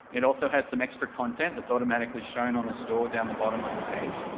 it also has some extra content that's automatically shown on the store down the bottom of the page,